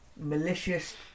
malicious